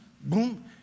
boom